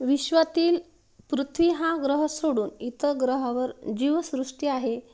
विश्वातील पृथ्वी हा ग्रह सोडून इतर ग्रहावर जीवसृष्टी आहे